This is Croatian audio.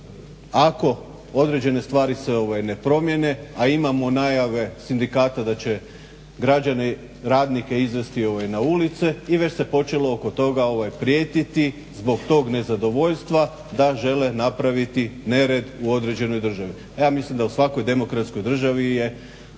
ako određene stvari se ne promijene, a imamo najave sindikata da će građane radnike izvesti na ulice i već se počelo oko toga prijetiti zbog tog nezadovoljstva da žele napraviti nered u određenoj državi. Ja mislim da u svakoj demokratskoj državi je